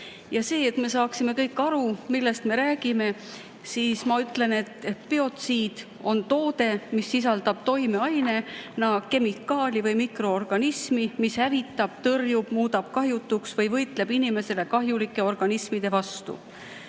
Ja et me saaksime kõik aru, millest me räägime, siis ma ütlen, et biotsiid on toode, mis sisaldab toimeainena kemikaali või mikroorganismi, mis hävitab, tõrjub või muudab kahjutuks inimesele kahjulikke organisme.